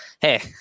hey